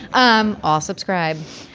um all subscribe.